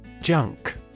Junk